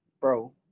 Bro